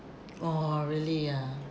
oh really ah